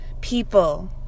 People